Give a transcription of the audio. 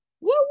Woo